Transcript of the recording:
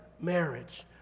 marriage